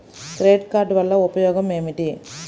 Credit card వల్ల ఉపయోగం ఏమిటీ?